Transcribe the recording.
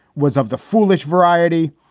was of the foolish variety.